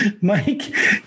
Mike